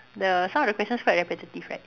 the some of the questions quite repetitive right